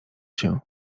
się